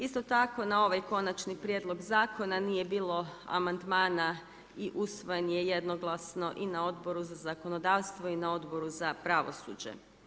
Isto tako na ovaj konačni prijedlog zakona nije bilo amandmana i usvajanje jednoglasno i na Odboru za zakonodavstvo i na Odboru za pravosuđe.